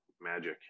magic